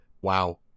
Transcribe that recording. Wow